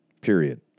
period